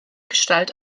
gestalt